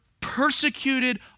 persecuted